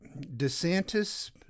DeSantis